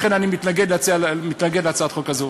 לכן אני מתנגד להצעת החוק הזו.